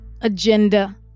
agenda